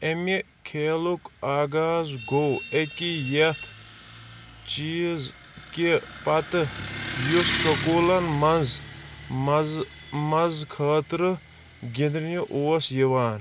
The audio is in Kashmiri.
امہِ کھیلُک آغاز گوٚو اَکی یتھ چیٖز کہِ پتہٕ یُس سکوٗلن منٛز مزٕ مزٕ خٲطرٕ گِنٛدنہِ اوس یِوان